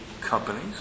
companies